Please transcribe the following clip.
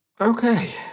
Okay